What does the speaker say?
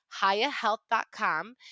HayaHealth.com